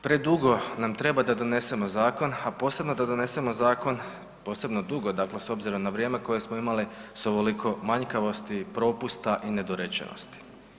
Predugo nam treba da donesemo zakon, a posebno da donesemo zakon, posebno dugo s obzirom na vrijeme koje smo imali s ovoliko manjkavosti, propusta i nedorečenosti.